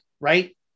right